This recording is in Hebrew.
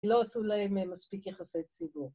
‫לא עשו להם מספיק יחסי ציבור.